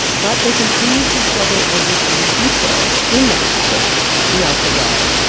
but they continued to struggle over some details in that package throughout the day.